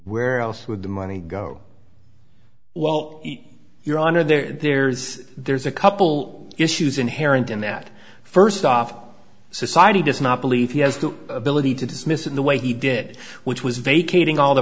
where else would the money go well your honor there's there's a couple issues inherent in that first off society does not believe he has the ability to dismiss in the way he did which was vacating all the